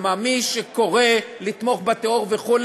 כלומר מי שקורא לתמוך בטרור וכו',